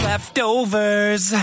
leftovers